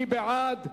מי בעד?